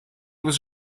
was